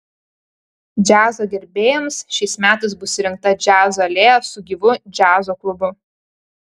džiazo gerbėjams šiais metais bus įrengta džiazo alėja su gyvu džiazo klubu